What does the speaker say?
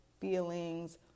feelings